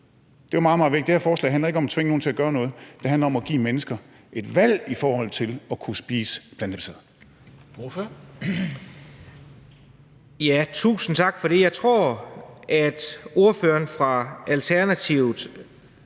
Det her forslag handler ikke om at tvinge nogen til at gøre noget. Det handler om at give mennesker et valg i forhold til at kunne spise plantebaseret.